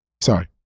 sorry